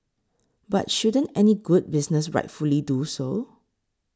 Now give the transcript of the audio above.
but shouldn't any good business rightfully do so